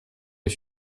des